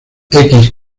que